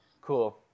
Cool